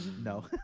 No